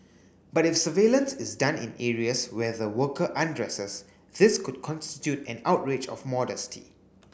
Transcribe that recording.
but if surveillance is done in areas where the worker undresses this could constitute an outrage of modesty